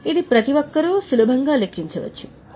ప్రతి ఒక్కరూ లెక్కించగలరని నేను అనుకుంటున్నాను